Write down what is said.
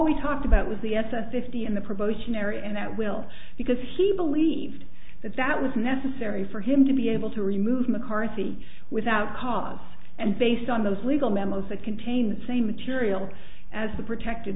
we talked about was the s s fifty in the promotion area and that will because he believed that that was necessary for him to be able to remove mccarthy without cause and based on those legal memos that contain the same material as the protected